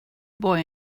boy